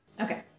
Okay